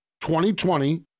2020